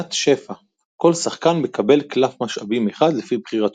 שנת שפע - כל שחקן מקבל קלף משאבים אחד לפי בחירתו.